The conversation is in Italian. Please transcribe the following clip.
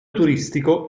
turistico